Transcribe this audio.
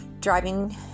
driving